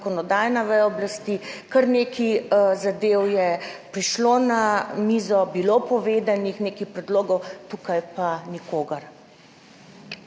oblasti, kar nekaj zadev je prišlo na mizo, bilo povedanih nekaj predlogov, tukaj pa nikogar.